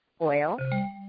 oil